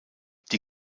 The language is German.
die